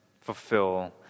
fulfill